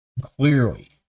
Clearly